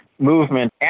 movement